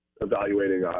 evaluating